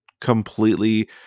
completely